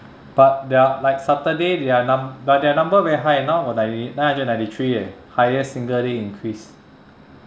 but their like saturday their num~ but their number very high now got ninety nine hundred ninety three eh highest single day increase